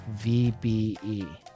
VBE